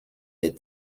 des